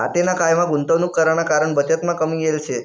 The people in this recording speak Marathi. आतेना कायमा गुंतवणूक कराना कारण बचतमा कमी येल शे